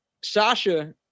Sasha